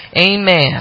Amen